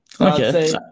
Okay